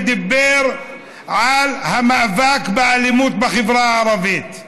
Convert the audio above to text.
ודיבר על המאבק באלימות בחברה הערבית.